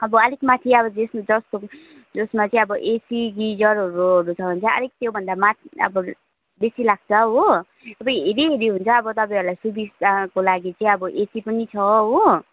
अब अलिक माथि अब जे सो जस्तो जसमा चाहिँ अब एसी गिजरहरू छ भने चाहिँ अलिक त्योभन्दा माथि अब बेसी लाग्छ हो अब हेरी हेरी हुन्छ अब तपाईँहरूलाई सुविस्ताको लागि चाहिँ अब एसी पनि छ हो